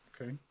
Okay